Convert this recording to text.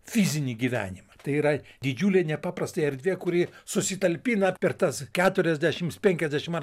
fizinį gyvenimą tai yra didžiulė nepaprastai erdvė kuri susitalpina per tas keturiasdešims penkiasdešim ar